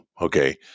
okay